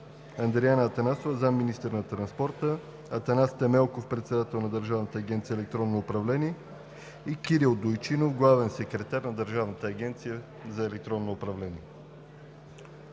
Андреана Атанасова – заместник-министър на транспорта, Атанас Темелков – председател на Държавната агенция „Електронно управление“, и Кирил Дойчинов – главен секретар на Държавната агенция „Електронно управление“.